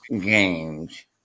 games